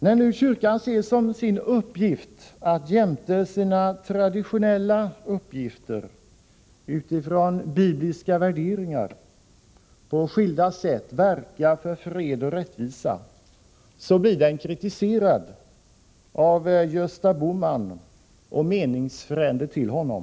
När nu kyrkan ser som sin uppgift att jämte sin traditionella verksamhet och utifrån bibliska värderingar på skilda sätt verka för fred och rättvisa, blir den kritiserad av Gösta Bohman och meningsfränder till honom.